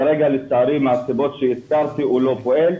כרגע לצערי מהסיבות שהזכרתי, הוא לא פועל,